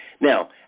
Now